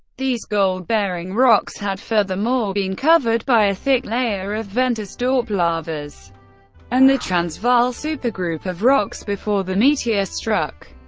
these gold-bearing rocks had furthermore been covered by a thick layer of ventersdorp lavas and the transvaal supergroup of rocks before the meteor struck.